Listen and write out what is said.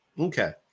okay